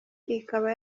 ikaba